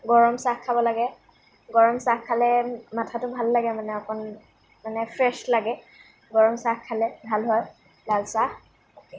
গৰম চাহ খাব লাগে গৰম চাহ খালে মানে মাথাটো ভাল লাগে অকণমান ফ্ৰেচ লাগে গৰম চাহ খালে ভাল হয় লাল চাহ